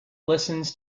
listens